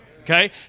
Okay